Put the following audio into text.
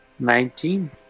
Nineteen